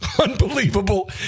Unbelievable